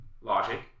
logic